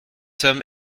somme